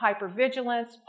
hypervigilance